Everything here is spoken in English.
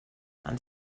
and